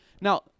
Now